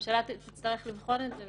הממשלה תצטרך לבחון את זה,